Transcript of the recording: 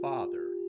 Father